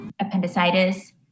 appendicitis